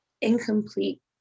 incomplete